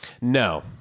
No